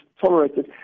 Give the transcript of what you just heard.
tolerated